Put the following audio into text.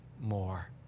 more